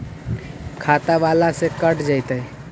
खाता बाला से कट जयतैय?